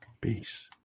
Peace